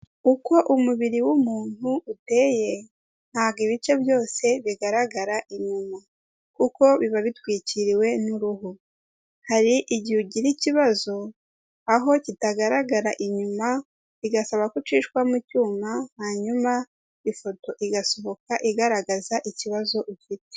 Uko umubiri w'umuntu uteye, ntabwo ibice byose bigaragara inyuma, kuko biba bitwikiriwe n'uruhu, hari igihe ugira ikibazo aho kitagaragara inyuma, bigasaba ko ucishwa mu cyuma, hanyuma ifoto igasohoka igaragaza ikibazo ufite.